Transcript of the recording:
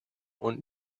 und